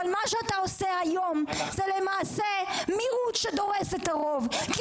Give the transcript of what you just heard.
אבל מה שאתה עושה היום זה למעשה מיעוט שדורס את הרוב כי